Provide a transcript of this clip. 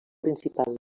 principal